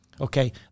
Okay